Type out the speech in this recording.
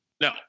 No